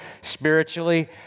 spiritually